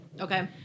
Okay